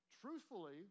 Truthfully